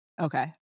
Okay